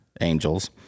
angels